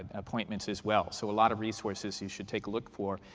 appointments as well so a lot of resources you should take a look for.